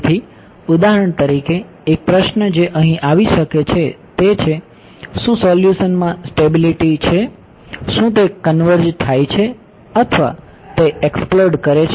તેથી ઉદાહરણ તરીકે એક પ્રશ્ન જે અહીં આવી શકે છે તે છે શું સોલ્યુશન માં સ્ટેબિલિટી છે શું તે કન્વર્જ થાય છે અથવા તે એક્સ્પ્લોડ કરે છે